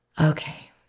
okay